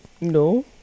no